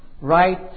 right